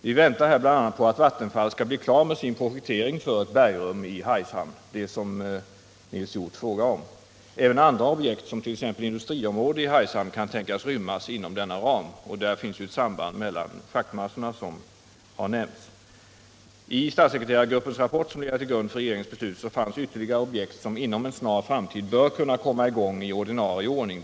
Vi väntar bl.a. på att Vattenfall skall bli klart med sin projektering för ett bergrum i Hargshamn, vilket Nils Hjorth frågade om. Även andra objekt, t.ex. ett industriområde i Hargshamn, kan tänkas rymmas inom denna ram. Där finns ett samband med de schaktmassor som har nämnts. I statssekreterargruppens rapport, som har legat till grund för regeringens beslut, finns ytterligare objekt som inom en snar framtid bör kunna komma i gång i ordinarie ordning.